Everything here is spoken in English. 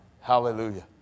Hallelujah